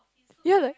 ya leh